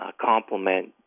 complement